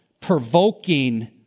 provoking